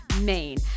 Maine